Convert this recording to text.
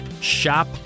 shop